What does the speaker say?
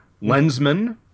Lensman